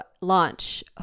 launch